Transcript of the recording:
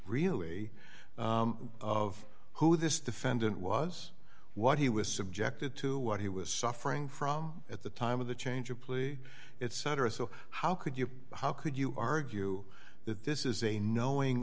really of who this defendant was what he was subjected to what he was suffering from at the time of the change of plea it cetera so how could you how could you argue that this is a knowing